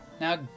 Now